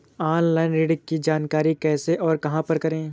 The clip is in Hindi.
ऑनलाइन ऋण की जानकारी कैसे और कहां पर करें?